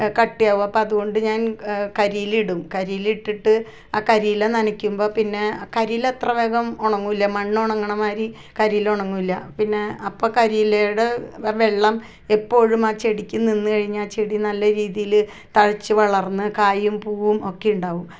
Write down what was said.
കട്ടിയാവും അപ്പം അതുകൊണ്ട് ഞാൻ കരിയില ഇടും കരിയില ഇട്ടിട്ട് ആ കരിയില നനക്കുമ്പം പിന്നെ കരിയില അത്ര വേഗം ഉണങ്ങില്ല മണ്ണ് ഉണങ്ങുന്ന മാതിരി കരിയില ഉണങ്ങില്ല പിന്നെ അപ്പം കരി ഇലയുടെ ആ വെള്ളം എപ്പോഴും ആ ചെടിക്ക് നിന്ന് കഴിഞ്ഞാൽ ആ ചെടി നല്ല രീതിയിൽ തഴച്ച് വളർന്ന് കായും പൂവും ഒക്കെ ഉണ്ടാവും